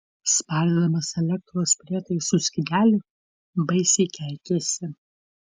spardydamas elektros prietaisų skyrelį baisiai keikėsi